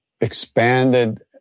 expanded